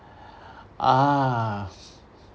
ah